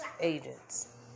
agents